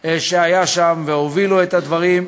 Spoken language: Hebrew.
שהיה שם, והובילו את הדברים.